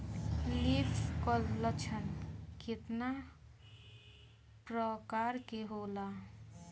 Leaf curl लक्षण केतना परकार के होला?